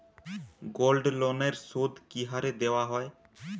গোল্ডলোনের সুদ কি হারে দেওয়া হয়?